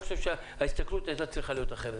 אני חושב שההסתכלות הייתה צריכה להיות אחרת.